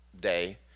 day